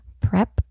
prep